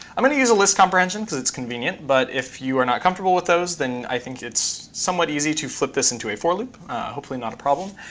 i'm going to use a list comprehension because it's convenient, but if you are not comfortable with those, then i think it's somewhat easy to flip this into a for loop hopefully not a problem.